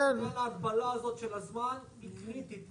ההגבלה הזאת של הזמן היא קריטית.